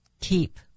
Keep